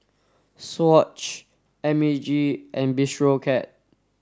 swatch M A G and Bistro Cat